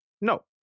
No